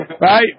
Right